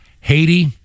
Haiti